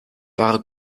ware